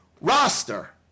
roster